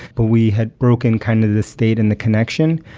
but we had broken kind of the state and the connection.